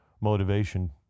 motivation